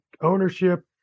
ownership